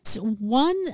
one